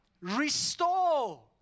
restore